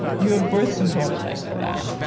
you have birth control to thank for that.